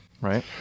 right